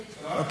במקומי.